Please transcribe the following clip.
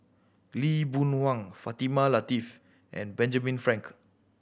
Lee Boon Wang Fatimah Lateef and Benjamin Frank